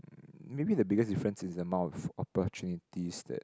uh maybe the biggest difference is the amount of opportunities that